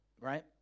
right